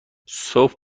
صبح